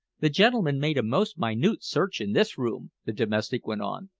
the gentleman made a most minute search in this room, the domestic went on.